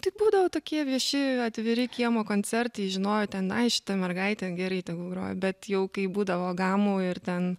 tai būdavo tokie vieši atviri kiemo koncertai žinojo ten ai šita mergaitė gerai tegu groja bet jau kai būdavo gamų ir ten